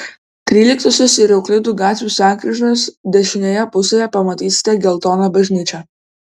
tryliktosios ir euklido gatvių sankryžos dešinėje pusėje pamatysite geltoną bažnyčią